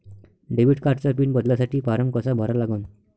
Debit कार्डचा PIN बदलासाठी form कसा भरा लागन?